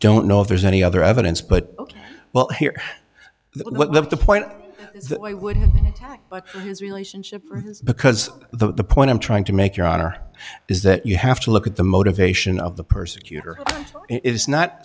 don't know if there's any other evidence but well here what the point is relationship because the point i'm trying to make your honor is that you have to look at the motivation of the persecutor it is not